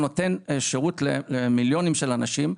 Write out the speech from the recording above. שנותן שירות למיליונים של אנשים.